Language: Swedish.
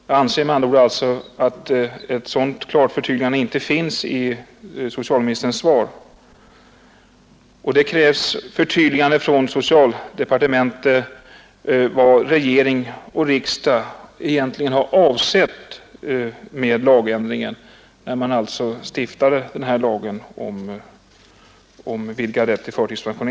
Jag anser med andra ord att ett förtydligande på den punkten inte finns i socialministerns svar. Det krävs ett förtydligande från socialdepartementet om vad regering och riksdag egentligen har avsett med denna lagändring, som skulle innebära vidgad rätt till förtidspension.